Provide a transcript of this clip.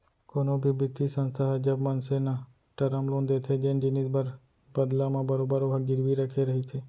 कोनो भी बित्तीय संस्था ह जब मनसे न टरम लोन देथे जेन जिनिस बर बदला म बरोबर ओहा गिरवी रखे रहिथे